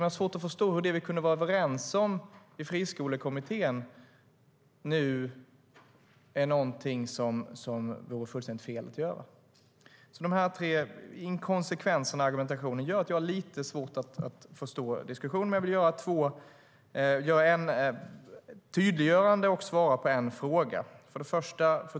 Jag har svårt att förstå hur det vi kunde vara överens om i Friskolekommittén nu är någonting som vore fullständigt fel att göra.De här tre inkonsekvenserna i argumentationen gör att jag har lite svårt att förstå diskussionen, men jag vill tydliggöra en sak och även svara på en fråga. Fru talman!